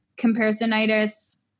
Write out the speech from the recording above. comparisonitis